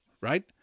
right